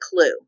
clue